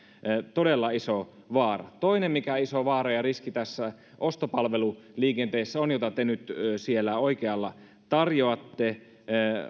todella iso vaara toinen iso vaara ja riski tässä ostopalveluliikenteessä jota te nyt siellä oikealla tarjoatte